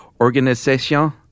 Organisation